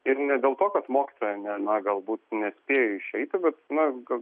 ir ne dėl to kad mokytoja ne na galbūt nespėjo išeiti bet na gal